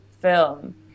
film